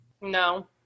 no